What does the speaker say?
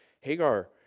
Hagar